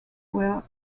were